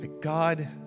God